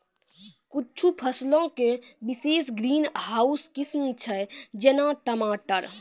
कुछु फसलो के विशेष ग्रीन हाउस किस्म छै, जेना टमाटर